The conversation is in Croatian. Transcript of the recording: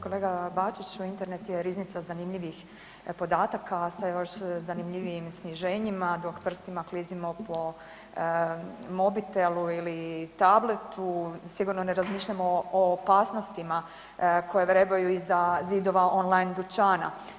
Kolega Bačić, Internet je riznica zanimljivih podataka sa još zanimljivijim sniženjima dok prstima klizimo po mobitelu ili tabletu sigurno ne razmišljamo o opasnostima koje vrebaju iza zidova on line dućana.